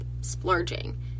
splurging